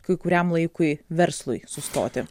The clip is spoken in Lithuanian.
kai kuriam laikui verslui sustoti